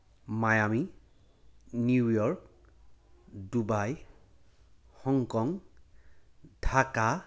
Miami New York Dubai Hong Kong Dhaka